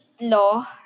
Law